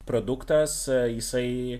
produktas jisai